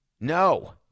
No